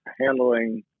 handling